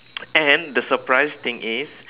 and the surprise thing is